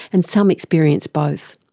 and some experience both.